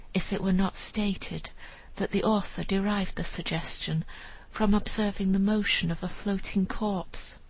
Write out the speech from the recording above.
if it were not stated that the author derived the suggestion from observing the motion of a floating corpse